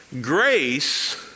Grace